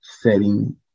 setting